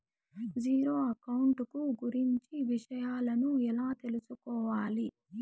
Zero account కు గురించి విషయాలను ఎలా తెలుసుకోవాలి?